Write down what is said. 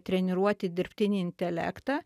treniruoti dirbtinį intelektą